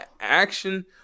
action